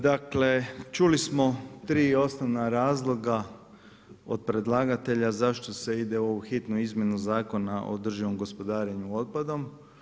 Dakle čuli smo tri osnovna razloga od predlagatelja zašto se ide u hitnu izmjenu Zakona o održivom gospodarenju otpadom.